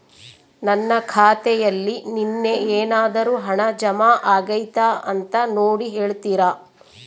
ನನ್ನ ಖಾತೆಯಲ್ಲಿ ನಿನ್ನೆ ಏನಾದರೂ ಹಣ ಜಮಾ ಆಗೈತಾ ಅಂತ ನೋಡಿ ಹೇಳ್ತೇರಾ?